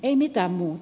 ei mitään muuta